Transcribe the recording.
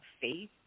faith